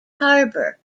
harbour